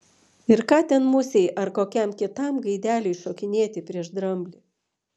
ir ką ten musei arba kokiam kitam gaideliui šokinėti prieš dramblį